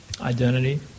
identity